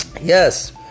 Yes